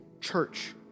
church